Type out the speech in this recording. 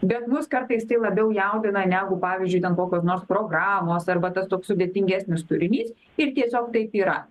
bet mus kartais tai labiau jaudina negu pavyzdžiui ten kokios nors programos arba tas toks sudėtingesnis turinys ir tiesiog taip yra